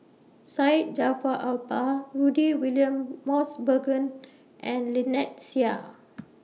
Syed Jaafar Albar Rudy William Mosbergen and Lynnette Seah